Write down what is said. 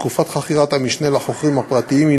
ותקופת חכירת-המשנה לחוכרים הפרטיים היא